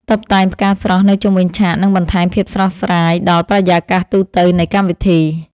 តុបតែងផ្កាស្រស់នៅជុំវិញឆាកនឹងបន្ថែមភាពស្រស់ស្រាយដល់បរិយាកាសទូទៅនៃកម្មវិធី។